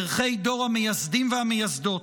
ערכי דור המייסדים והמייסדות,